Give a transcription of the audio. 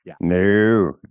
No